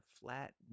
flat